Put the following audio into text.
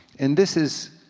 and this is,